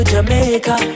Jamaica